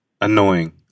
Annoying